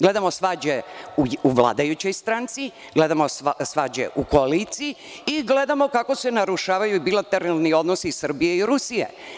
Gledamo svađe u vladajućoj stranci, gledamo svađe u koaliciji i gledamo kako se narušavaju bilateralni odnosi Srbije i Rusije.